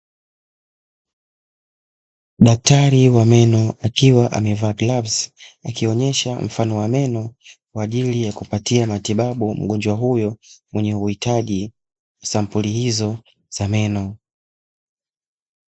Daktari wa meno akiwa amevaa glavu, akionyesha mfano wa meno kwa ajili ya kumpatia matibabu mgonjwa huyo mwenye uhitaji sampuli hizo za meno.